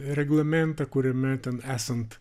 reglamentą kuriame ten esant